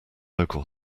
local